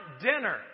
dinner